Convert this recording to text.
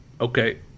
okay